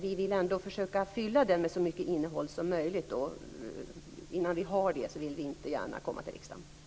Vi vill dock försöka fylla denna med så mycket innehåll som möjligt, och innan dess vill vi inte gärna komma till riksdagen.